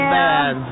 bad